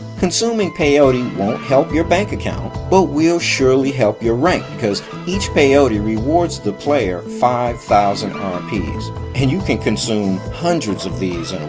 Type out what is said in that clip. consuming peyote won't help your bank account, but will surely help your rank because each peyote rewards the player five thousand rps and you can consume hundreds of these